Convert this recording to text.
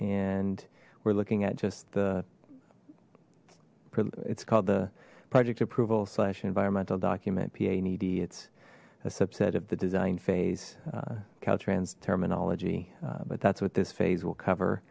and we're looking at just the it's called the project approval slash environmental document pa needy it's a subset of the design phase caltrans terminology but that's what this phase will cover